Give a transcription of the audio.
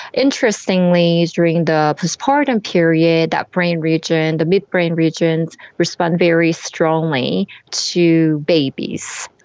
interestingly during the postpartum period, that brain region, the midbrain region responds very strongly to babies.